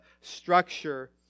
structure